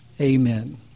amen